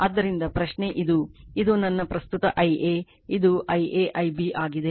ಆದ್ದರಿಂದ ಪ್ರಶ್ನೆ ಇದು ಇದು ನನ್ನ ಪ್ರಸ್ತುತ Ia ಇದು Ia Ib ಆಗಿದೆ